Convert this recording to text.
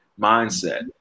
mindset